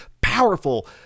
powerful